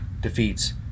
defeats